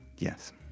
Yes